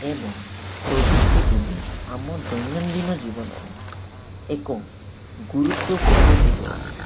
ଏବଂ ପ୍ରଯୁକ୍ତିବିିଦ୍ୟା ଆମ ଦୈନନ୍ଦିନ ଜୀବନରେ ଏକ ଗୁରୁତ୍ୱପୂର୍ଣ୍ଣ ଦିଗ ଅଟେ